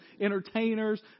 entertainers